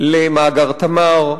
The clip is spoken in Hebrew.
למאגר "תמר",